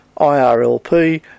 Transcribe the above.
IRLP